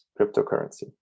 cryptocurrency